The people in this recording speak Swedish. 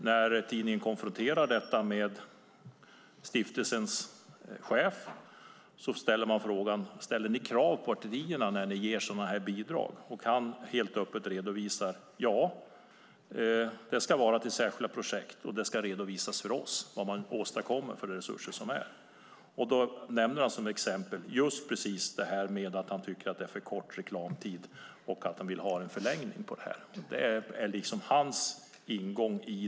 När tidningen konfronterade Stiftelsen Fria Medias chef och frågade om man ställt krav på partiet när man gav ett sådant här bidrag svarade han helt öppet: Ja, det ska vara till särskilda projekt och redovisas för oss. Som exempel nämner han sedan att reklamtiden är för kort och att han vill ha en förlängning.